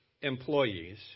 employees